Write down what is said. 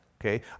okay